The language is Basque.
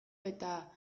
eta